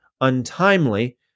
untimely